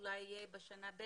אולי הוא יהיה בשנה שנייה